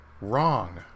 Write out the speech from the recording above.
wrong